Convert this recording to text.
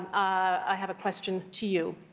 i have a question to you.